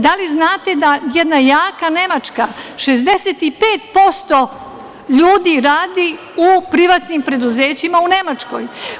Da li znate da jedna jaka Nemačka 65% ljudi radi u privatnim preduzećima u Nemačkoj.